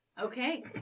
Okay